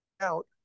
out